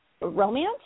romance